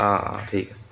অঁ অঁ ঠিক আছে